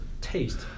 taste